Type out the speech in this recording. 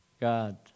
God